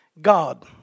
God